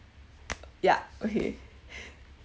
ya okay